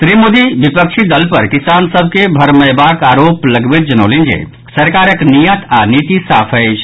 श्री मोदी विपक्षी दल पर किसान सभ के भरमयबाक आरोप लगबैत जनौलनि जे सरकारक नियत आ नीति साफ अछि